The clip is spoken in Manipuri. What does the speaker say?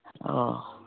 ꯑꯣ